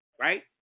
right